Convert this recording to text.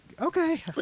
okay